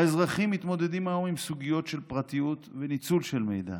האזרחים מתמודדים היום עם סוגיות של פרטיות וניצול של מידע